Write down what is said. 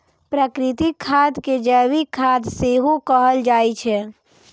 प्राकृतिक खाद कें जैविक खाद सेहो कहल जाइ छै